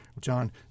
John